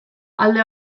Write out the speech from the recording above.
alde